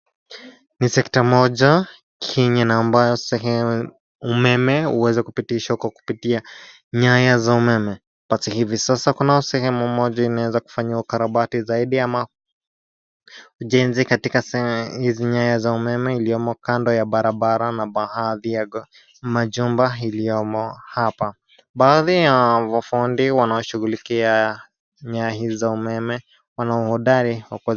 Ni sekta moja ambayo umeme huweza kupitishwa kwa kutumia nyaya za umeme. But hivi sasa kunayo sehemu moja iliyofanyiwa ukarabati zaidi ama ujenzi katika hizi nyaya za umeme iliyomo kando ya bararara na baadhi ya majumba iliyomo hapa. Baadhi ya mafundi wanaoshughulikia nyaya hizi za umeme wana uhodari wa ku